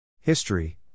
History